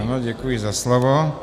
Ano, děkuji za slovo.